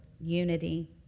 unity